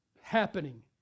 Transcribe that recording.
happening